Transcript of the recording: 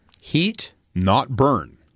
Heat-not-burn